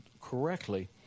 correctly